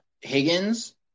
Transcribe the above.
Higgins